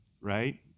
right